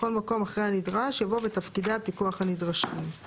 בכל מקום אחרי "הנדרש" יבוא "ותפקידי הפיקוח הנדרשים".